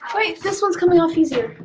wait this one's coming off easier